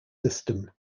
system